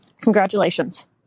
congratulations